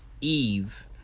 eve